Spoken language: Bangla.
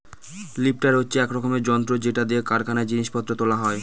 লিফ্টার হচ্ছে এক রকমের যন্ত্র যেটা দিয়ে কারখানায় জিনিস পত্র তোলা হয়